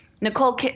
Nicole